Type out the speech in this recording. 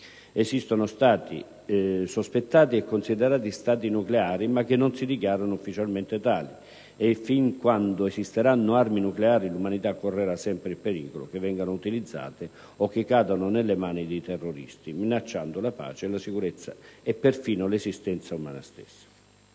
Esistono Stati sospettati o considerati Stati nucleari ma che non si dichiarano ufficialmente tali. Fin quando esisteranno armi nucleari l'umanità correrà sempre il pericolo che vengano utilizzate o che cadano nelle mani di terroristi, minacciando la pace, la sicurezza e perfino l'esistenza umana stessa.